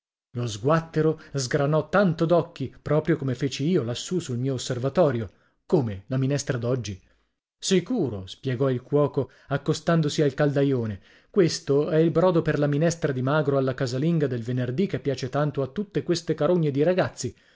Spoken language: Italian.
lo sguattero sgranò tanto d'occhi proprio come feci io lassù sul mio osservatorio come la minestra d'oggi sicuro spiegò il cuoco accostandosi al caldaione questo è il brodo per la minestra di magro alla casalinga del venerdì che piace tanto a tutte queste carogne di ragazzi